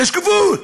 זה שקיפות.